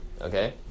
Okay